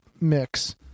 mix